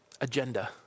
agenda